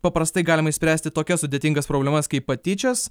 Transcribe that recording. paprastai galima išspręsti tokias sudėtingas problemas kaip patyčias